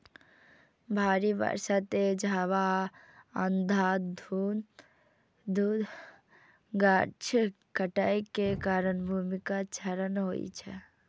भारी बर्षा, तेज हवा आ अंधाधुंध गाछ काटै के कारण भूमिक क्षरण होइ छै